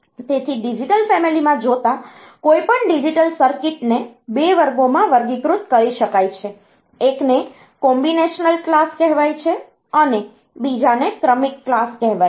તેથી digital family માં જોતાં કોઈપણ ડિજિટલ સર્કિટ ને 2 વર્ગોમાં વર્ગીકૃત કરી શકાય છે એકને કોમ્બિનેશનલ ક્લાસ કહેવાય છે અને બીજાને ક્રમિક ક્લાસ કહેવાય છે